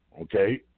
okay